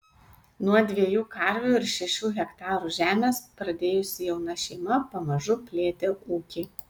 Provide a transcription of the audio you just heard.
nuo dviejų karvių ir šešių hektarų žemės pradėjusi jauna šeima pamažu plėtė ūkį